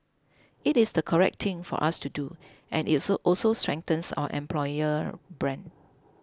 it is the correct thing for us to do and it's also strengthens our employer brand